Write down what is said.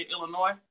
illinois